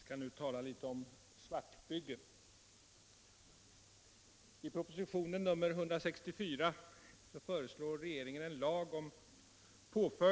Fru talman!